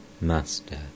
Master